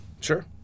Sure